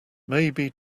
maybe